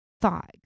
thought